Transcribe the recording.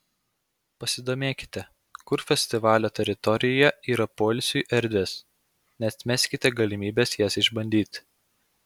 pasidomėkite kur festivalio teritorijoje yra poilsiui erdvės neatmeskite galimybės jas išbandyti